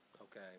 okay